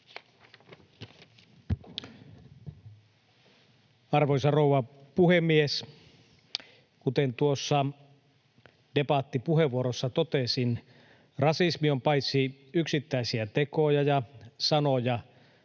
Arvoisa rouva puhemies! Kuten tuossa debattipuheenvuorossani totesin, rasismi on paitsi yksittäisiä tekoja ja sanoja,